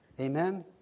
Amen